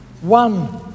one